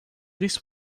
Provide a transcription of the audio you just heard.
this